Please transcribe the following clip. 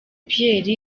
pierre